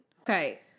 Okay